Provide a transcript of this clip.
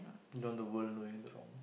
run the world knowing the wrong